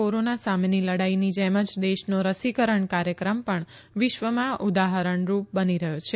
corona સામેની લડાઇની જેમ જ દેશનો રસીકરણ કાર્યક્રમ પણ વિશ્વમાં ઉદાહરણ રૂપ બની રહ્યો છે